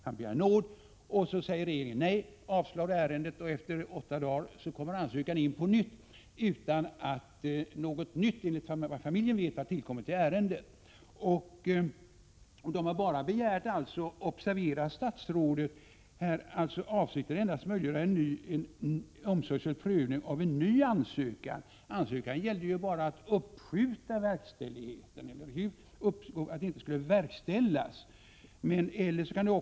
Det finns alltså en ansökan om att slippa utvisas från riket från en person dömd för narkotikabrott till sju års fängelse plus utvisning för alltid från Sverige. Han begär nåd, regeringen säger nej, dvs. avslår ansökan. Efter åtta dagar kommer ansökan in på nytt utan att, såvitt familjen vet, något nytt har tillkommit i ärendet.